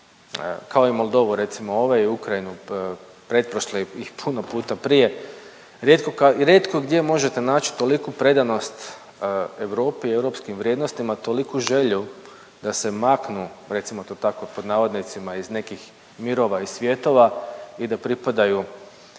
kao i Moldovu recimo ove i Ukrajinu pretprošle i puno puta prije i rijetko kad, i rijetko gdje možete naći toliku predanost Europi i europskim vrijednostima i toliku želju da se maknu, recimo to tako pod navodnicima iz nekih mirova i svjetova i da pripadaju